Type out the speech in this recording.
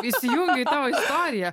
įsijungiu į tavo istoriją